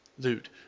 Loot